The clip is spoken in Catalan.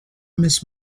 més